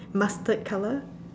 mustard colour